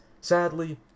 sadly